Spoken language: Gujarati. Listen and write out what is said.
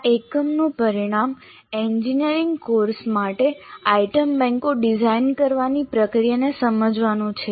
આ એકમનું પરિણામ એન્જિનિયરિંગ કોર્સ માટે આઇટમ બેન્કો ડિઝાઇન કરવાની પ્રક્રિયાને સમજવાનું છે